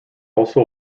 also